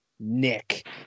Nick